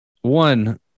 one